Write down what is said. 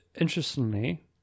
interestingly